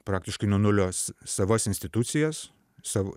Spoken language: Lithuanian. praktiškai nuo nulio savas institucijas savo